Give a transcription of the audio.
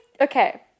okay